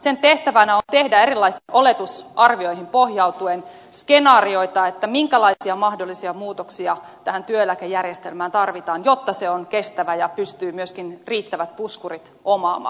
sen tehtävänä on tehdä erilaisiin oletusarvioihin pohjautuen skenaarioita minkälaisia mahdollisia muutoksia tähän työeläkejärjestelmään tarvitaan jotta se on kestävä ja pystyy myöskin riittävät puskurit omaamaan